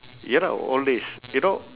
ya lah old days you know